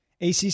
ACC